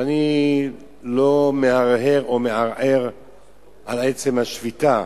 ואני לא מהרהר או מערער על עצם השביתה.